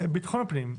לביטחון הפנים,